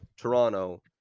Toronto